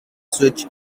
switch